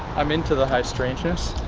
i'm into the high strangeness